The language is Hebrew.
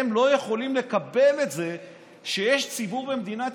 הם לא יכולים לקבל את זה שיש ציבור במדינת